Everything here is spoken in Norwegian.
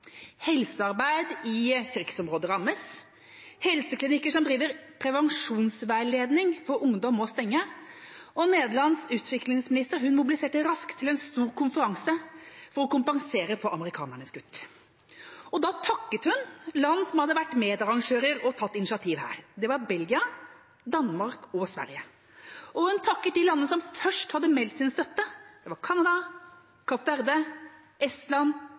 Helsearbeid i krigsområder rammes, helseklinikker som driver prevensjonsveiledning for ungdom, må stenge, og Nederlands utviklingsminister mobiliserte raskt til en stor konferanse for å kompensere for amerikanernes kutt. Da takket hun land som hadde vært medarrangører og tatt initiativ, det var Belgia, Danmark og Sverige. Og hun takket de landene som først hadde meldt sin støtte, det var Canada, Kapp Verde, Estland,